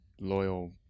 loyal